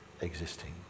existing